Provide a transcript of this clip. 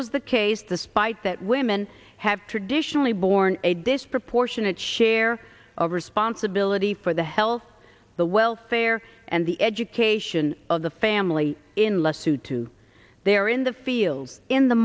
was the case despite that women have traditionally borne a disproportionate share of responsibility for the health the welfare the education of the family in less to do there in the field in the